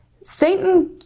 Satan